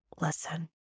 listen